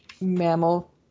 mammal